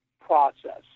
process